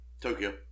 Tokyo